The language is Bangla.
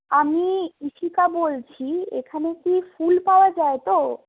আমি ঈশিকা বলছি এখানে কি ফুল পাওয়া যায় তো